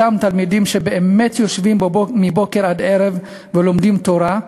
אותם תלמידים שבאמת יושבים מבוקר עד ערב ולומדים תורה,